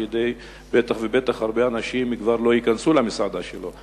בטח ובטח הרבה אנשים כבר לא ייכנסו למסעדה שלו.